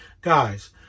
Guys